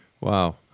Wow